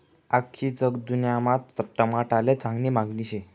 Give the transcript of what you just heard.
आख्खी जगदुन्यामा टमाटाले चांगली मांगनी शे